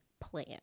plan